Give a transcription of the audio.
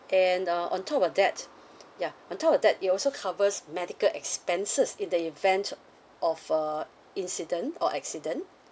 and uh on top of that ya on top of that it also covers medical expenses in the event of uh incident or accident